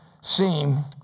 seem